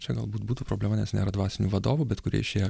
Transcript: čia galbūt būtų problema nes nėra dvasinių vadovų bet kurie išėjo